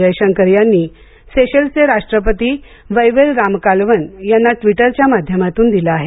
जयशंकर यांनी सेशेल्सचे राष्ट्रपती वैवेल रामकालावन यांना ट्विटरच्या माध्यमातून दिला आहे